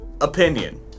opinion